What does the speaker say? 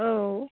औ